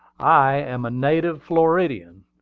i am a native floridian,